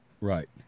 Right